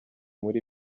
muri